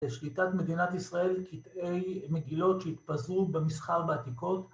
‫בשליטת מדינת ישראל, ‫קטעי מגילות שהתפזרו במסחר בעתיקות.